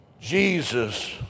Jesus